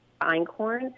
einkorn